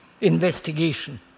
investigation